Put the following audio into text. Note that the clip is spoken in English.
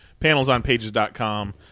Panelsonpages.com